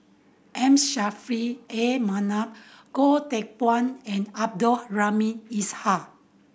M Saffri A Manaf Goh Teck Phuan and Abdul Rahim Ishak